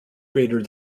greater